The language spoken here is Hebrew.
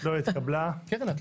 הצבעה לא אושרה.